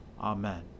Amen